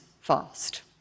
fast